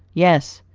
yes.